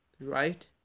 right